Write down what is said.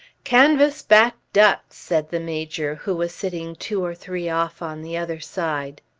canvas-back ducks, said the major, who was sitting two or three off on the other side.